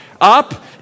Up